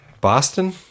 Boston